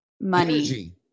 money